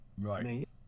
right